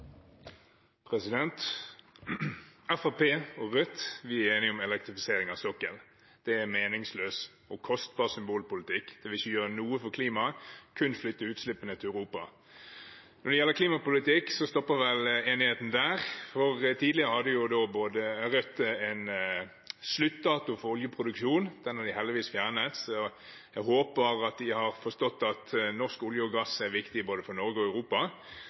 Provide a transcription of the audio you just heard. meningsløs og kostbar symbolpolitikk. Det vil ikke gjøre noe for klimaet, kun flytte utslippene til Europa. Når det gjelder klimapolitikk, stopper vel enigheten der, for tidligere hadde jo Rødt en sluttdato for oljeproduksjon. Den har de heldigvis fjernet. Jeg håper de har forstått at norsk olje og gass er viktig for både Norge og Europa,